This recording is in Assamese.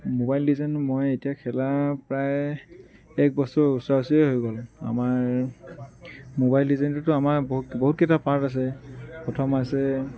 মোবাইল লিজেণ্ড মই এতিয়া খেলা প্ৰায় এক বছৰ ওচৰা ওচৰিয়ে হৈ গ'ল আমাৰ মোবাইল লিজেণ্ডটোতো আমাৰ বহুত বহুতকেইটা পাৰ্ট আছে প্ৰথম আছে